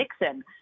Nixon